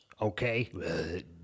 okay